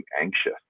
anxious